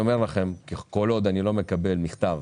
כל עוד אני לא מקבל מכתב